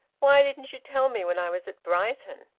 why didn't you tell me when i was at brighton?